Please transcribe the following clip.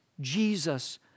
Jesus